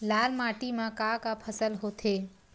लाल माटी म का का फसल होथे?